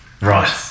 Right